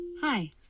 Hi